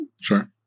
sure